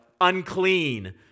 unclean